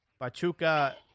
Pachuca